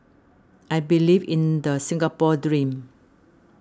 I believe in the Singapore dream